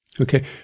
Okay